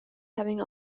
having